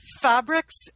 fabrics